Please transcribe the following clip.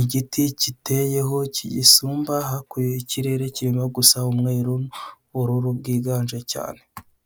igiti giteyeho kiyisumba hakurya ikirere kirigusa umweru n'ubururu bwiganje cyane.